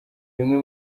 bimwe